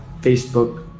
Facebook